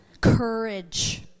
courage